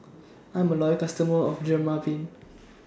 I'm A Loyal customer of Dermaveen